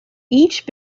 each